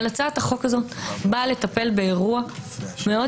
אבל הצעת החוק הזו באה לטפל באירוע מאוד